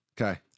okay